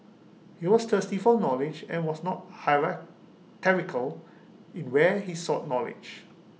he was thirsty for knowledge and was not hierarchical in where he sought knowledge